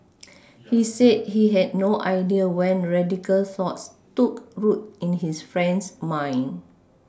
he said he had no idea when radical thoughts took root in his friend's mind